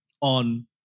on